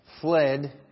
fled